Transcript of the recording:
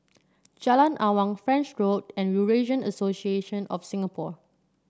Jalan Awang French Road and Eurasian Association of Singapore